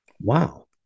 Wow